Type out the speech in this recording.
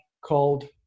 Called